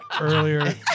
earlier